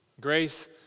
Grace